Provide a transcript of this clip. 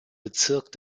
bezirk